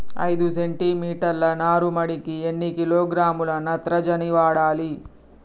ఐదు సెంటి మీటర్ల నారుమడికి ఎన్ని కిలోగ్రాముల నత్రజని వాడాలి?